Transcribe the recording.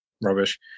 rubbish